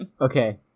Okay